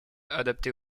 adapté